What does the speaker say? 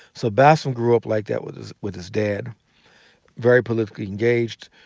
so bassem grew up like that with his with his dad very politically engaged,